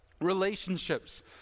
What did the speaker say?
relationships